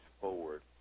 forward